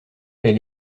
elle